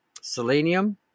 selenium